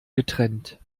getrennt